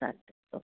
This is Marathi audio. हा चा